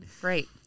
Great